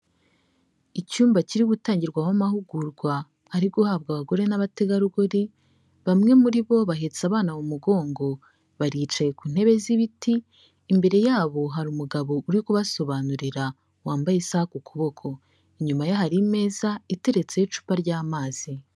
Icyumba kiri gutangirwaho amahugurwa, ari guhabwa abagore n'abategarugori, bamwe muri bo bahetse abana mu mugongo baricaye ku ntebe z'ibiti, imbere yabo hari umugabo uri kubasobanurira wambaye isaku kuboko, inyuma ye hari imeza iteretseho icupa ry'amazi.